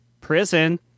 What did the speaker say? Prison